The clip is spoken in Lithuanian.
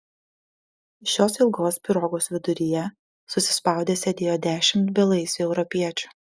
šios ilgos pirogos viduryje susispaudę sėdėjo dešimt belaisvių europiečių